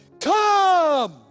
come